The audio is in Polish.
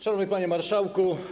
Szanowny Panie Marszałku!